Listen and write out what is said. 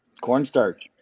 Cornstarch